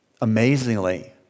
Amazingly